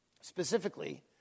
specifically